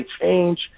change